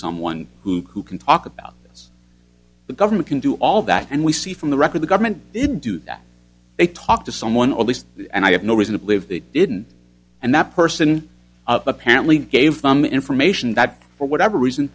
someone who can talk about the government can do all that and we see from the record the government didn't do that they talked to someone or at least and i have no reason to believe they didn't and that person apparently gave them information that for whatever reason